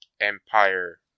Empire